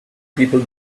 people